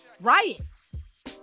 riots